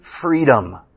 freedom